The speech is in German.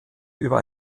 über